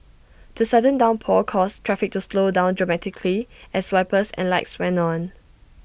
the sudden downpour caused traffic to slow down dramatically as wipers and lights went on